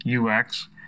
UX